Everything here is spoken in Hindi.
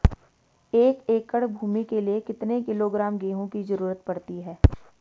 एक एकड़ भूमि के लिए कितने किलोग्राम गेहूँ की जरूरत पड़ती है?